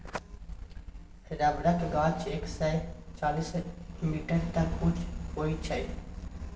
रबरक गाछ एक सय चालीस मीटर तक उँच होइ छै